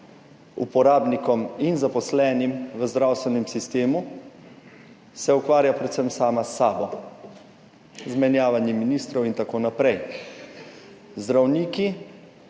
uporabnikom in zaposlenim v zdravstvenem sistemu, se ukvarja predvsem sama s sabo, z menjavami ministrov in tako naprej. Zdravniki